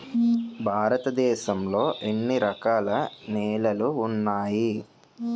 భారతదేశం లో ఎన్ని రకాల నేలలు ఉన్నాయి?